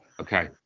Okay